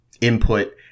input